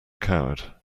coward